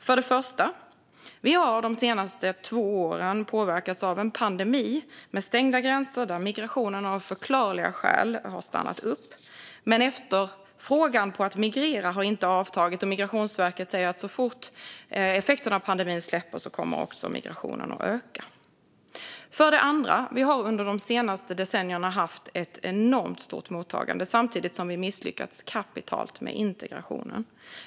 För det första: Vi har de senaste två åren påverkats av en pandemi, med stängda gränser, då migrationen av förklarliga skäl har stannat upp. Men efterfrågan på att migrera har inte avtagit, och Migrationsverket säger att så fort effekterna av pandemin släpper kommer också migrationen att öka. För det andra: Vi har under de senaste decennierna haft ett enormt stort mottagande samtidigt som vi har misslyckats kapitalt med integrationen.